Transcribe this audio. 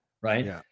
right